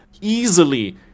easily